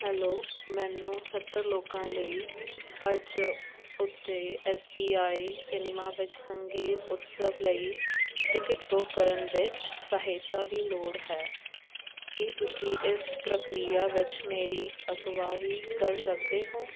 hello ਮੈਨੂੰ ਸੱਤਰ ਲੋਕਾਂ ਲਈ ਅੱਜ ਉੱਤੇ ਐੱਸ ਪੀ ਆਈ ਸਿਨੇਮਾ ਵਿੱਚ ਸੰਗੀਤ ਉਤਸਵ ਲਈ ਟਿਕਟ ਬੁੱਕ ਕਰਨ ਵਿੱਚ ਸਹਾਇਤਾ ਦੀ ਲੋੜ ਹੈ ਕੀ ਤੁਸੀਂ ਇਸ ਪ੍ਰਕਿਰਿਆ ਵਿੱਚ ਮੇਰੀ ਅਗਵਾਈ ਕਰ ਸਕਦੇ ਹੋ